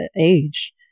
age